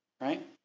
right